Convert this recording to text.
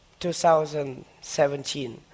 2017